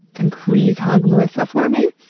and please hug melissa for me.